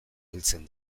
heltzen